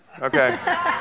Okay